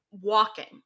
walking